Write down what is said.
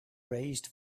raised